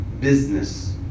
business